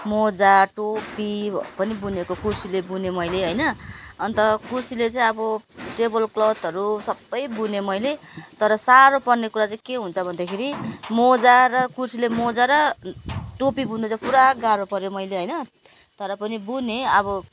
मोजा टोपी पनि बुनेको कुर्सीले बुनेँ मैले होइन अन्त कुर्सीले चाहिँ अब टेबल क्लोथहरू सब बुनेँ मैले तर साह्रो पर्ने कुरा चाहिँ के हुन्छ भन्दाखेरि मोजा र कुर्सीले मोजा र टोपी बुन्नु चाहिँ पुरा गाह्रो पऱ्यो मैले होइन तर पनि बुनेँ अब